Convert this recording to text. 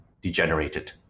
degenerated